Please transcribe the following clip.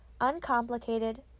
uncomplicated